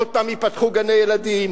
עוד פעם ייפתחו גני-ילדים,